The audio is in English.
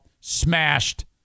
smashed